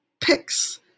picks